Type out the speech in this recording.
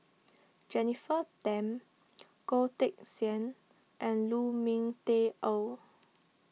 Jennifer Tham Goh Teck Sian and Lu Ming Teh Earl